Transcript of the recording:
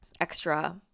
extra